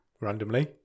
randomly